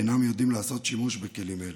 יודעות לעשות שימוש בכלים אלו.